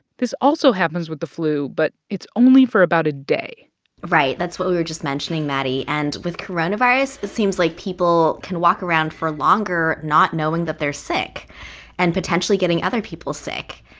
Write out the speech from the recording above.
this also happens with the flu, but it's only for about a day right. that's what we were just mentioning, maddie. and with coronavirus, it seems like people can walk around for longer not knowing that they're sick and potentially getting other people sick.